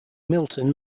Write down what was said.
milton